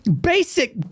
basic